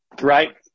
right